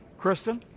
kristin?